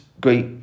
great